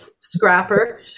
scrapper